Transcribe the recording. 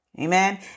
Amen